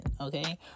Okay